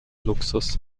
luxus